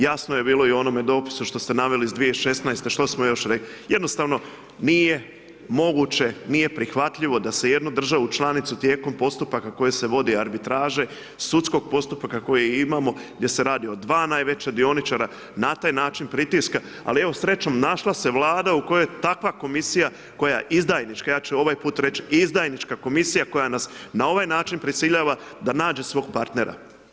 Jasno je bilo i u onome dopisu što ste naveli iz 2016. što smo još rekli, jednostavno nije moguće, nije prihvatljivo da se jednu državu članicu tijekom postupaka koje se vodi arbitraže, sudskog postupka koje imamo, gdje se radi o dva najveća dioničara, na taj način pritiska, ali evo srećom, našla se Vlada u kojoj je takva komisija koja je izdajnička, ja ću ovaj put reći, izdajnička komisija koja nas na ovaj način prisiljava da nađe svog partnera.